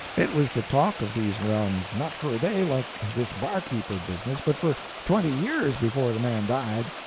it was the talk of these realms not for a day, like this barkeeper business, but for twenty years before the man died.